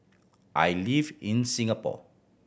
I live in Singapore